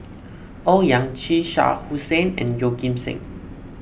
Owyang Chi Shah Hussain and Yeoh Ghim Seng